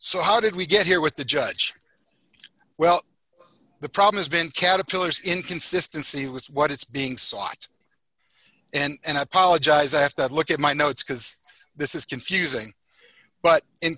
so how did we get here with the judge well the problem has been caterpillars inconsistency was what it's being sought and i apologize i have to look at my notes because this is confusing but in